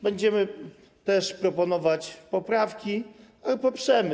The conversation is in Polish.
Będziemy też proponować poprawki, ale poprzemy.